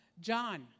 John